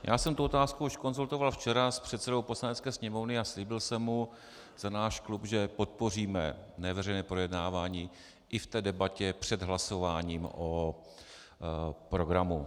Já jsem tu otázku už konzultoval včera s předsedou Poslanecké sněmovny a slíbil jsem mu za náš klub, že podpoříme neveřejné projednávání i v té debatě před hlasováním o programu.